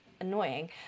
annoying